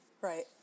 Right